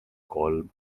kolm